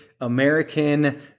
American